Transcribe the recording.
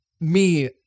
Me-